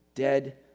Dead